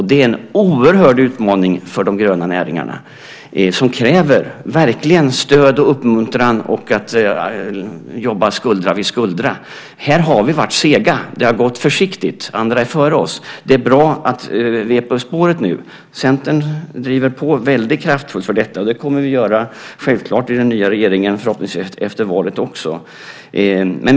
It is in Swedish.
Det är en oerhörd utmaning för de gröna näringarna som verkligen kräver stöd och uppmuntran och att man jobbar skuldra vid skuldra. Där har vi varit sega. Det har gått försiktigt. Andra är före oss. Det är bra att vi är på spåret nu. Centern driver på väldigt kraftfullt för detta, och det kommer vi självklart att göra efter valet också i den förhoppningsvis nya regeringen.